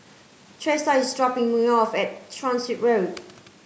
Thresa is dropping me off at Transit Road